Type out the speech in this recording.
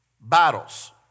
battles